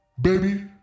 Baby